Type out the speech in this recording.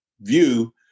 view